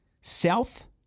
south